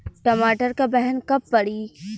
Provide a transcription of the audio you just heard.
टमाटर क बहन कब पड़ी?